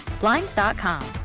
Blinds.com